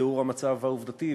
בתיאור המצב העובדתי,